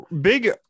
Big